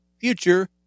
future